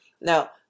Now